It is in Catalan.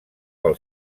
pel